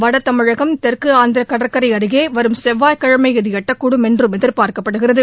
வடதமிழகம் தெற்கு ஆந்திர கடற்கரை அருகே வரும் செவ்வாய்கிழமை இது எட்டக்கூடும் என்றும் எதிர்பார்க்கப்படுகிறது